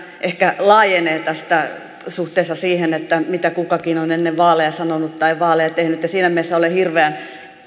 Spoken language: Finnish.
ehkä laajenee suhteessa siihen mitä kukakin on ennen vaaleja sanonut tai tehnyt siinä mielessä olen hirveän